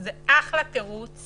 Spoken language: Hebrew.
זה אחלה תירוץ